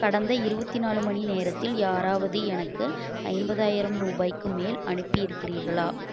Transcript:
கடந்த இருபத்தி நாலு மணிநேரத்தில் யாராவது எனக்கு ஐம்பதாயிரம் ரூபாய்க்கு மேல் அனுப்பி இருக்கிறீர்களா